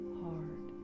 hard